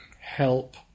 help